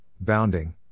bounding